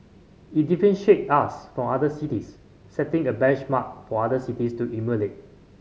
it differentiate us from other cities setting a benchmark for other cities to emulate